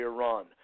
Iran